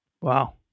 Wow